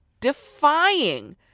Defying